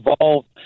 involved